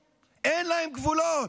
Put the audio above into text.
אין להם עכבות, אין להם גבולות.